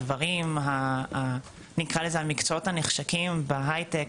הדברים, נקרא לזה המקצועות הנחשקים בהייטק,